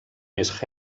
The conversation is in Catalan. més